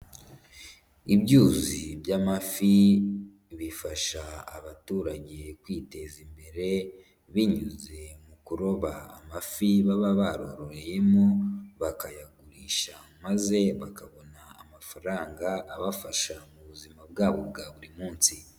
Ibyuzi by'amafi bifasha abaturage kwiteza imbere, binyuze mu kuroba amafi baba barororeyemo, bakayagurisha maze bakabona amafaranga abafasha mu buzima bwabo bwa buri munsi.